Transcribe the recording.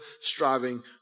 striving